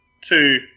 two